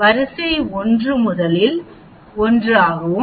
வரிசை 1 முதலில் 1 ஆகும்